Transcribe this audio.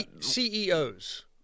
CEOs